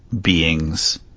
beings